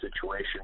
situation